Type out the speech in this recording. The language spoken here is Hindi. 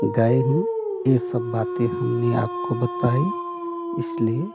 गए हैं ये सब बातें हमने आपको बताई इसलिए